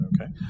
Okay